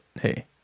hey